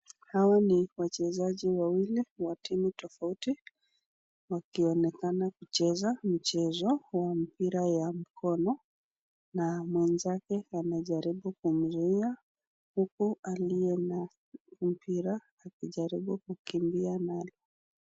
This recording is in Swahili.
Hawa ni wachezaji wawili wa timu tofauti wakionekana kucheza mchezo huu wa mpira ya mkono na mwenzake amejaribu kumzuia huku aliye na mpira akijaribu kukimbia nalo.